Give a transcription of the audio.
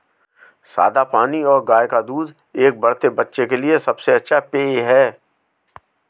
सादा पानी और गाय का दूध एक बढ़ते बच्चे के लिए सबसे अच्छा पेय हैं